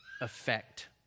effect